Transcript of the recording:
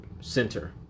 center